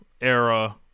era